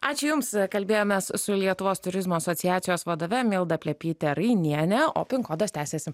ačiū jums kalbėjom mes su lietuvos turizmo asociacijos vadove milda plepytė rainienė o pin kodas tęsiasi